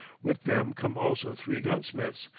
with them come also three gunsmiths,